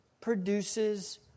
produces